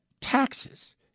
taxes